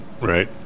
right